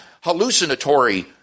hallucinatory